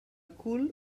cul